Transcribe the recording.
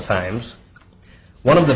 times one of the